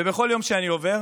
ובכל יום שעובר